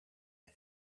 air